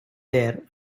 there